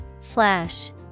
Flash